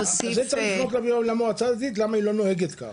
--- צריך לשאול את המועצה הדתית למה היא לא נוהגת כך.